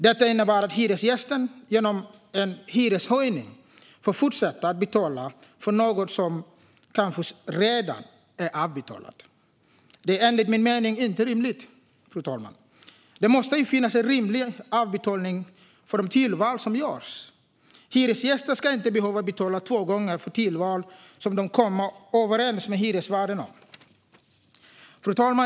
Detta innebär att hyresgästen genom en hyreshöjning får fortsätta betala för något som kanske redan är avbetalat. Det är enligt min mening inte rimligt. Det måste finnas en rimlig avbetalning för de tillval som görs. Hyresgäster ska inte behöva betala två gånger för tillval som de kommer överens med hyresvärden om.